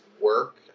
work